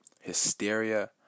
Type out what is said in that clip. hysteria